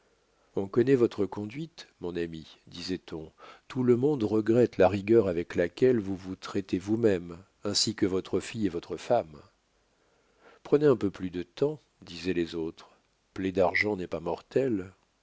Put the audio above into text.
on connaît votre conduite mon ami disait-on tout le monde regrette la rigueur avec laquelle vous vous traitez vous-même ainsi que votre fille et votre femme prenez un peu plus de temps disaient les autres plaie d'argent n'est pas mortelle